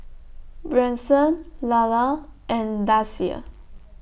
Branson Lalla and Dasia